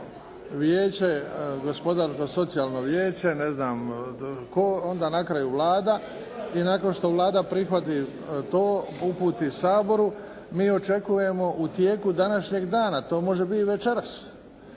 vijeće, Gospodarsko-socijalno vijeće, ne znam tko, onda na kraju Vlada i nakon što Vlada prihvati to, uputi Saboru, mi očekujemo u tijeku današnjeg dana. To može biti i večeras.